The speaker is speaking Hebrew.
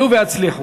עלו והצליחו.